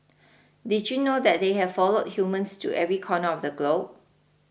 did you know that they have followed humans to every corner of the globe